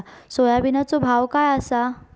सोयाबीनचो भाव काय आसा?